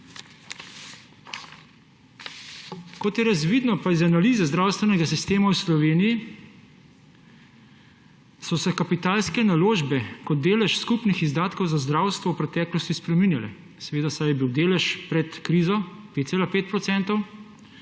Kot je razvidno iz analize zdravstvenega sistema v Sloveniji, so se kapitalske naložbe kot delež skupnih izdatkov za zdravstvo v preteklosti spreminjale. Seveda, saj je bil delež pred krizo 5,5 %, med